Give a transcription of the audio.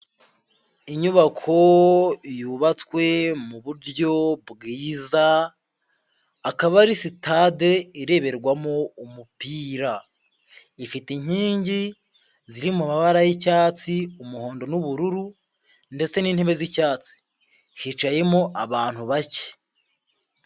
Inyubako yubatswe mu buryo bwiza, akaba ari sitade ireberwamo umupira, ifite inkingi ziri mu mabara y'icyatsi, umuhondo n'ubururu ndetse n'intebe z'icyatsi, hicayemo abantu bake.